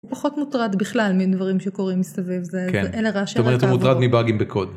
פחות מוטרד בכלל מדברים שקורים מסביב זה, אלה רעשי רקע, את אומרת הוא מוטרד מבאגים בקוד.